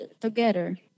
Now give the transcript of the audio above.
together